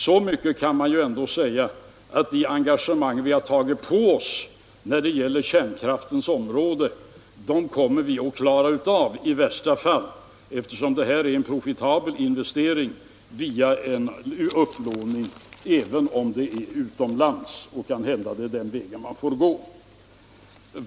Så mycket kan ändå sägas att de engagemang vi har tagit på oss när det gäller kärnkraftens område kommer vi att klara av i värsta fall — eftersom detta är en profitabel investering — via en upplåning, även om den sker utomlands. Det är kanhända den vägen man får gå.